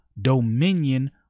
dominion